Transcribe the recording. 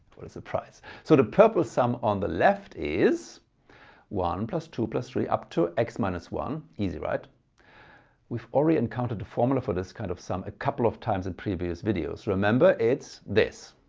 what a surprise. so the purple sum on the left is one plus two plus three up to x minus one. easy right we've already encountered the formula for this kind of sum a couple of times in previous videos. remember it's this.